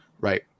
right